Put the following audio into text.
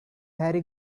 harry